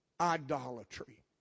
idolatry